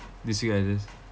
this week I just